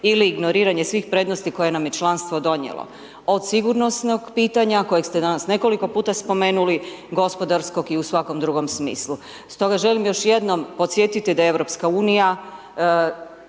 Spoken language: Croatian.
ili ignoriranje svih prednosti koje nam je članstvo donijelo, od sigurnosnog pitanja kojeg ste danas nekoliko puta spomenuli, gospodarskog i u svakom drugom smislu. Stoga želim još jednom podsjetiti da je Europska unija,